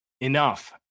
enough